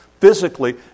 physically